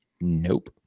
Nope